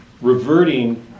reverting